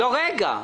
לא, רגע.